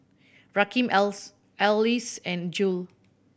Rakeem else Elise and Jule